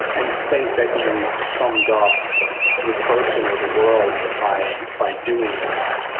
and think that you've summed up the person or the world by by doing that.